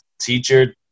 teacher